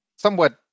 somewhat